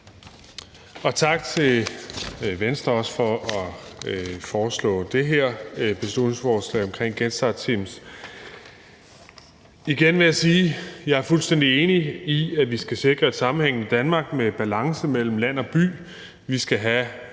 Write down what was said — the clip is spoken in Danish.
tak til Venstre for at fremsætte det her beslutningsforslag omkring et genstartsteam. Igen vil jeg sige: Jeg er fuldstændig enig i, at vi skal sikre et sammenhængende Danmark med balance mellem land og by.